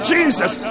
Jesus